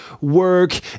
work